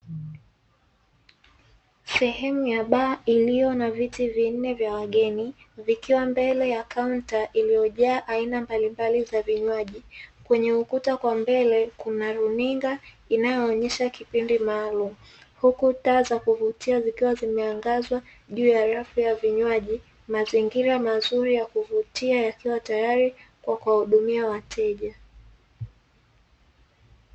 Sehemu ya baa iliyo na viti vinne vya wageni, vikiwa mbele ya kaunta iliyojaa aina mbalimbal za vinywaji. Kwenye ukuta wa mbele kuna runinga inayoonyesha kipindi maalumu. Huku taa za kuvutia zikiwa zimeangazwa juu ya rafu ya vinywaji, mazingira mazuri ya kuvutia yakiwa tayari, kwa kuwahudumia wateja.